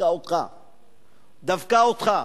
דווקא אותך,